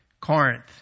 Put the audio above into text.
Corinth